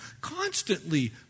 constantly